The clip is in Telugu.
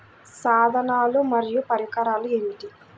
సాధనాలు మరియు పరికరాలు ఏమిటీ?